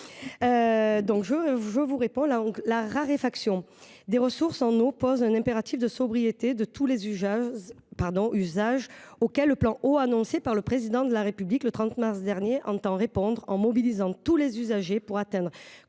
de bienvenue. La raréfaction des ressources en eau pose un impératif de sobriété de tous les usages auquel le plan eau, annoncé par le Président de la République le 30 mars dernier, entend répondre, en mobilisant tous les usagers pour atteindre